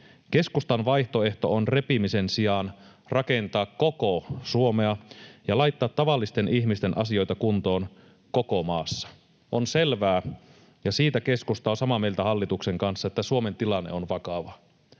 Keskustan vaihtoehto on repimisen sijaan rakentaa koko Suomea ja laittaa tavallisten ihmisten asioita kuntoon koko maassa. On selvää, ja siitä keskusta on samaa mieltä hallituksen kanssa, että Suomen tilanne on vakava.